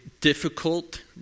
difficult